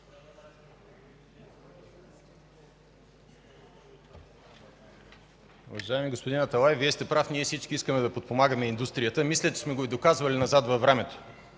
Уважаеми господин Аталай, Вие сте прав. Ние всички искаме да подпомагаме индустрията. Мисля, че сме го доказвали назад във времето.